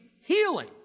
healing